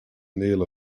kneel